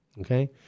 Okay